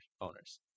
owners